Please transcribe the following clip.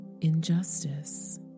injustice